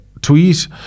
tweet